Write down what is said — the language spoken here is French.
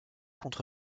contre